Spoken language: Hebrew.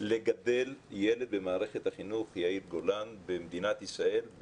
נאמר שלגדל ילד במערכת החינוך במדינת ישראל,